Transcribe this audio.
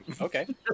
Okay